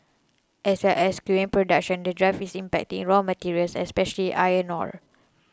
as well as skewing production the drive is impacting raw materials especially iron ore